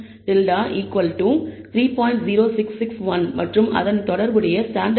0661 மற்றும் அதனுடன் தொடர்புடைய ஸ்டாண்டர்ட் டிவியேஷன்0